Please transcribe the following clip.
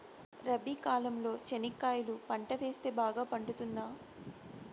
రబి కాలంలో చెనక్కాయలు పంట వేస్తే బాగా పండుతుందా?